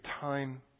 time